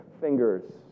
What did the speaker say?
fingers